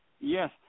Yes